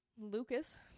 Lucas